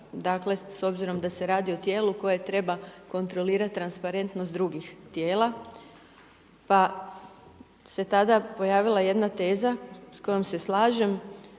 dakle, s obzirom da se radi o tijelu koje treba kontrolirati transparentnost drugih tijela, pa se tada pojavila jedna teza s kojom se slažem.